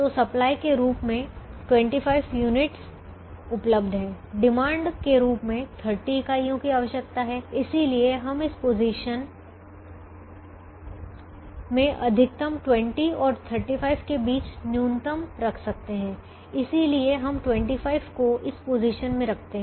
तो सप्लाई के रूप में 25 सप्लाई यूनिट्स इकाइयां supply units उपलब्ध हैं डिमांड के रूप में 30 इकाइयों की आवश्यकता है इसलिए हम इस पोजीशन में अधिकतम 25 और 30 के बीच न्यूनतम रख सकते हैं इसलिए हम 25 को इस पोजीशन में रखते हैं